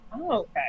okay